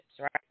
right